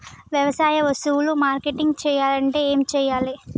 వ్యవసాయ వస్తువులు మార్కెటింగ్ చెయ్యాలంటే ఏం చెయ్యాలే?